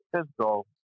physical